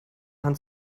hand